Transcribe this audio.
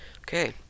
Okay